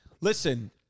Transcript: Listen